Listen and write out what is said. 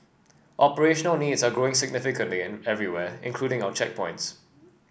operational needs are growing significantly everywhere including our checkpoints